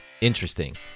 interesting